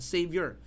Savior